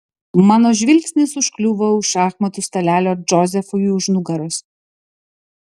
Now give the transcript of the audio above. mano žvilgsnis užkliūva už šachmatų stalelio džozefui už nugaros